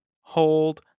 hold